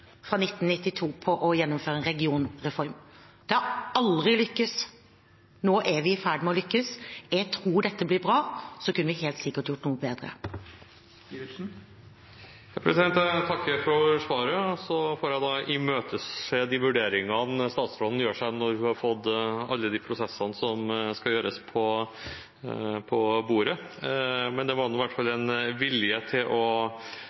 fra 1992 på å gjennomføre en regionreform. Det har aldri lyktes. Nå er vi i ferd med å lykkes. Jeg tror dette blir bra. Så kunne vi helt sikkert gjort noe bedre. Jeg takker for svaret. Så får jeg imøtese de vurderingene statsråden gjør, når hun har fått alle de prosessene som skal gjennomføres, på bordet. Det var nå i hvert fall en vilje til å